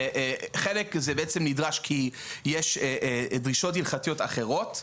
חלק זה נדרש כי יש דרישות הלכתיות אחרות,